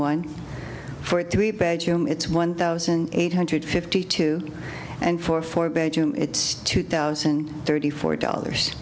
one for it three bedroom it's one thousand eight hundred fifty two and for a four bedroom it's two thousand and thirty four dollars